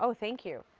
so thank you.